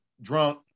drunk